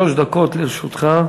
שלוש דקות לרשותך.